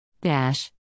Dash